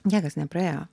niekas nepraėjo